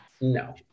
No